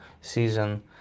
season